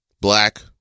black